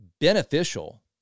beneficial